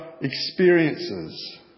experiences